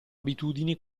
abitudini